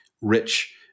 rich